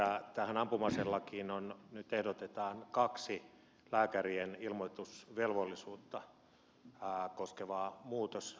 tähän ampuma aselakiin ehdotetaan nyt kahta lääkärien ilmoitusvelvollisuutta koskevaa muutosesitystä